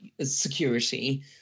security